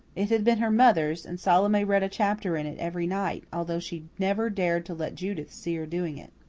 it had been her mother's, and salome read a chapter in it every night, although she never dared to let judith see her doing it.